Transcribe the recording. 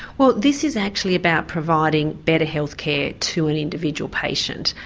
well this is actually about providing better health care to an individual patient.